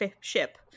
ship